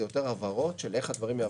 זה יותר הבהרות של איך הדברים יעבדו.